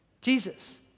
Jesus